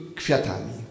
kwiatami